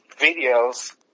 videos